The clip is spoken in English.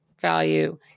value